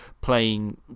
playing